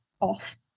off